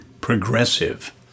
progressive